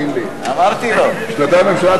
חברי הכנסת,